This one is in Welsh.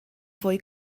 fwy